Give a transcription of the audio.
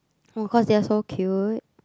no cause they are so cute